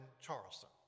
Charleston